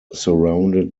surrounded